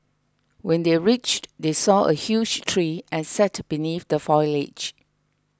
when they reached they saw a huge tree and sat beneath the foliage